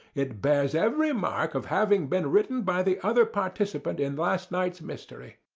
it bears every mark of having been written by the other participant in last night's mystery.